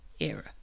era